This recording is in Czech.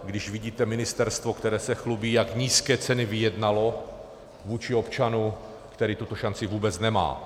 Když vidíte ministerstvo, které se chlubí, jak nízké ceny vyjednalo vůči občanu, který tuto šanci vůbec nemá.